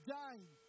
dying